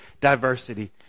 diversity